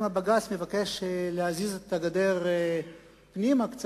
אם הבג"ץ מבקש להזיז את הגדר קצת פנימה,